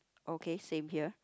okay same here